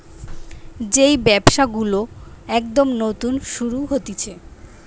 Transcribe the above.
যেই ব্যবসা গুলো একদম নতুন শুরু হতিছে